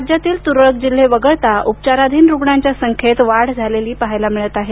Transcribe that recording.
राज्यातील तुरळक जिल्हे वगळता उपचाराधीन रुग्णांच्या संख्येत वाढ झालेली पाहायला मिळत आहे